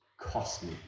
Costly